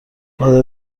قادر